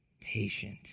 patient